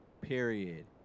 period